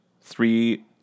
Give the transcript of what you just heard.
three